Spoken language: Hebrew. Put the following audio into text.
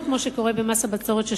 שלא כמו שקורה במס הבצורת,